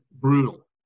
brutal